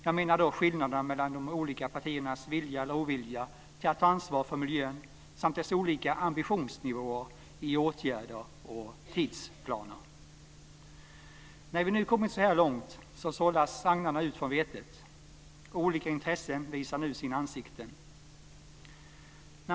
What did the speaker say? Jag syftar då på skillnaderna mellan de olika partiernas vilja eller ovilja till att ta ansvar för miljön samt dess olika ambitionsnivåer i åtgärder och tidsplaner. När vi nu kommit så här långt sållas agnarna ut från vetet. Olika intressen visar nu sina ansikten.